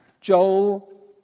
Joel